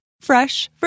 fresh